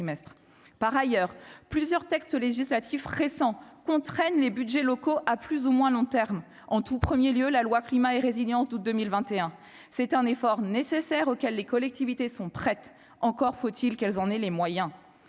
par ailleurs plusieurs textes législatifs récents contraignent les Budgets locaux à plus ou moins long terme, en tout 1er lieu la loi climat et résilience d'août 2021, c'est un effort nécessaire auquel les collectivités sont prêtes, encore faut-il qu'elles en aient les moyens,